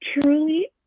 truly